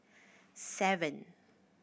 seven